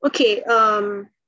Okay